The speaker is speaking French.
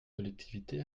collectivités